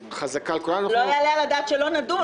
וחזקה על כולנו --- לא יעלה על הדעת שלא נדון.